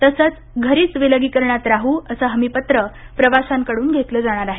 तसेच घरीच विलगीकरणात राहूअसे हमीपत्र प्रवाशांकडून घेतले जाणार आहे